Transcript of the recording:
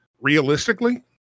realistically